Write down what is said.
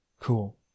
Cool